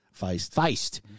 Feist